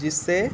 جس سے